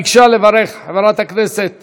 ביקשה לברך חברת הכנסת